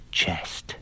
chest